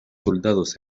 soldados